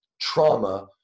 trauma